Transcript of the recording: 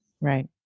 Right